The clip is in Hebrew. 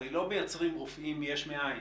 הרי לא מייצרים רופאים יש מאין.